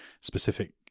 specific